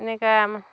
এনেকুৱা